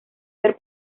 ver